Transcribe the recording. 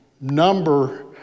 number